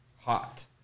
hot